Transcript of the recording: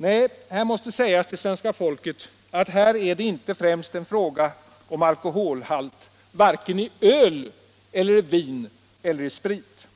Nej, det måste sägas till svenska folket, att här är det inte främst en fråga om alkoholhalt i vare sig öl, vin eller sprit.